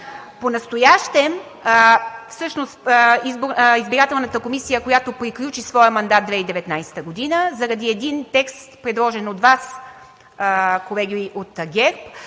Понастоящем – всъщност избирателната комисия, която приключи своя мандат 2019 г., заради един текст, предложен от Вас, колеги от ГЕРБ,